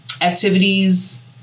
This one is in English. activities